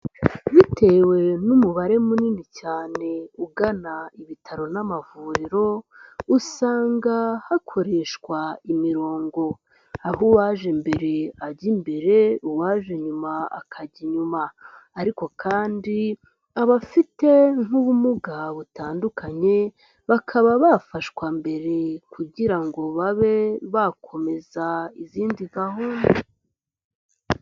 Bitewe n'umubare munini cyane, ugana ibitaro n'amavuriro, usanga hakoreshwa imirongo. Aho uwaje mbere ajya imbere, uwaje nyuma akajya inyuma. ariko kandi abafite nk'ubumuga butandukanye, bakaba bafashwa mbere, kugira ngo babe bakomeza izindi gahunda.